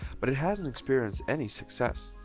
but it hasn't experienced any success.